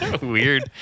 weird